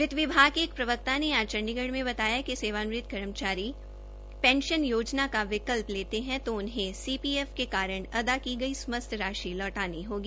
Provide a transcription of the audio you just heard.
वित आयोग के एक प्रवक्ता ने आज चंडीगढ़ में बताया कि सेवानिवृत कर्मचारी पेंशन योजना का विकल्प लेते है जो उन्हें सीपीएफ के कारण अदा की गई समस्त राशि लौटानी होगी